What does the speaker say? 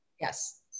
Yes